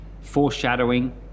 foreshadowing